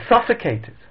suffocated